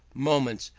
moments,